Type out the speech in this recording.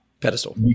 Pedestal